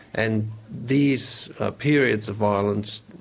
and these periods of violence